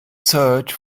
search